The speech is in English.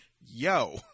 yo